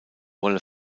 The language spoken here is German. wolle